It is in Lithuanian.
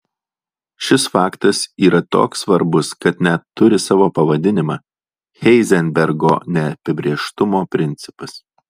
šis faktas yra toks svarbus kad net turi savo pavadinimą heizenbergo neapibrėžtumo principas